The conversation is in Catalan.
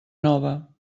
nova